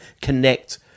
connect